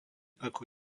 ako